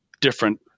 different